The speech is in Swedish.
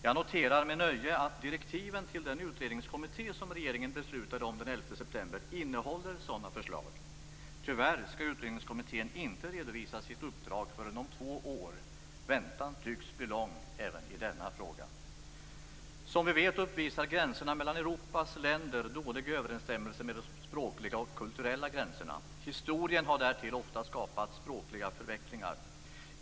Jag noterar med nöje att direktiven till den utredningskommitté som regeringen beslutade om den 11 september innehåller sådana förslag. Tyvärr skall utredningskommittén inte redovisa sitt uppdrag förrän om två år - väntan tycks bli lång även i denna fråga. Som vi vet uppvisar gränserna mellan Europas länder dålig överensstämmelse med de språkliga och kulturella gränserna. Historien har därtill ofta skapat språkliga förvecklingar.